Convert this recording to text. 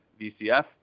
VCF